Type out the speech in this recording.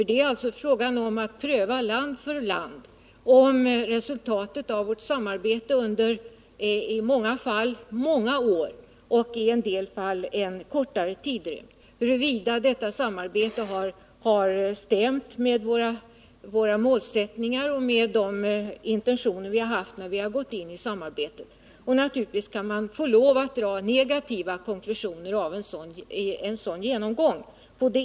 Det gäller att land för land pröva om resultatet av vårt samarbete, i många fall under en följd av år och i en del fall under en kortare tidrymd, har stämt med våra målsättningar och intentioner när samarbetet startades. Naturligtvis kan man få lov att dra negativa konklusioner av en sådan genomgång.